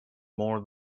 more